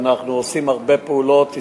ואנחנו עושים הרבה פעולות,